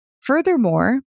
Furthermore